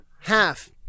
Half